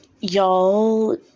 y'all